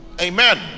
Amen